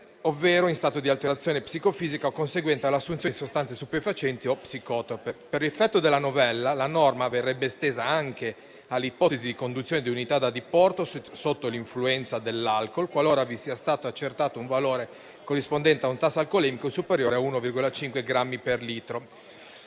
ovvero in stato di alterazione psicofisica o conseguente all'assunzione di sostanze stupefacenti o psicotrope. Per effetto della novella la norma verrebbe estesa anche all'ipotesi di conduzione di unità da diporto sotto l'influenza dell'alcol, qualora sia stato accertato un valore corrispondente a un tasso alcolemico superiore a 1,5 grammi per litro,